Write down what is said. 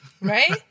right